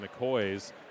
McCoys